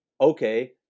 okay